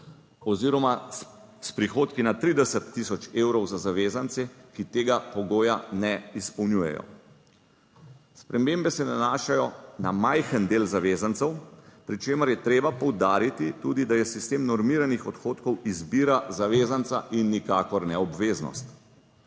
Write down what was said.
oziroma s prihodki nad 30 tisoč evrov za zavezance, ki tega pogoja ne izpolnjujejo. Spremembe se nanašajo na majhen del zavezancev, pri čemer je treba poudariti tudi, da je sistem normiranih odhodkov izbira zavezanca in nikakor ne obveznost.